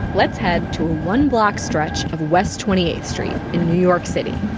let's head to a one-block stretch of west twenty eighth street in new york city.